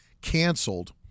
canceled